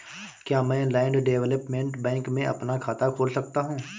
क्या मैं land development bank में अपना खाता खोल सकता हूँ?